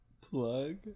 Plug